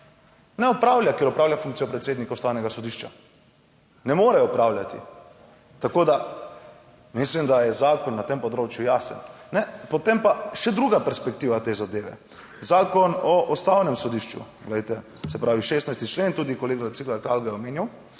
Ne opravlja, ker opravlja funkcijo predsednika Ustavnega sodišča, ne more opravljati. Tako, da mislim, da je zakon na tem področju jasen. Potem pa še druga perspektiva te zadeve, Zakon o Ustavnem sodišču, glejte, se pravi 16. člen, tudi kolega Cigler Kal omenjal,